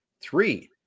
Three